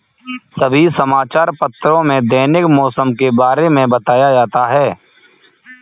सभी समाचार पत्रों में दैनिक मौसम के बारे में बताया जाता है